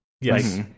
Yes